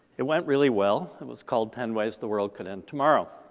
it went really well. it was called ten ways the world could end tomorrow.